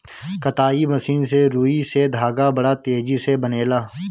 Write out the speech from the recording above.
कताई मशीन से रुई से धागा बड़ा तेजी से बनेला